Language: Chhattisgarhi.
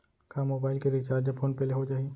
का मोबाइल के रिचार्ज फोन पे ले हो जाही?